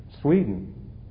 Sweden